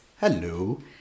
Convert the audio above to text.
Hello